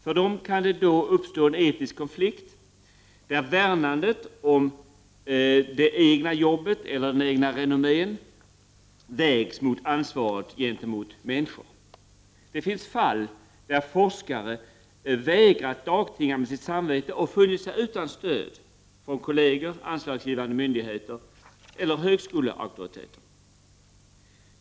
För dem kan det då uppstå en etisk konflikt, där värnandet om det egna jobbet eller det egna renommét vägs mot ansvaret gentemot människor. Det finns fall där forskare vägrat dagtinga med sitt samvete och funnit sig utan stöd från kolleger, anslagsgivande myndigheter eller högskoleauktoriteter.